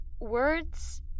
Words